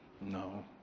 No